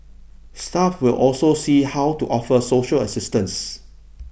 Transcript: staff will also see how to offer social assistance